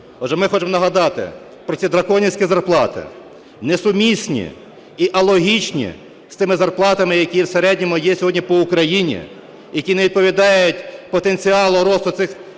Отже, ми хочемо нагадати про ці драконівські зарплати, несумісні і алогічні з тими зарплатами, які в середньому є сьогодні по Україні, які не відповідають потенціалу росту